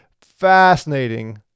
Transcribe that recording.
Fascinating